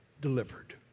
delivered